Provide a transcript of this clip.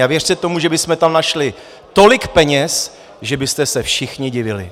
A věřte tomu, že bychom tam našli tolik peněz, že byste se všichni divili.